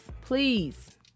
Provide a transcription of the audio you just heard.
Please